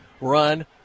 run